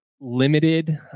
limited